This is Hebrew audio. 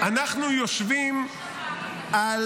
אנחנו יושבים על